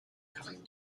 coming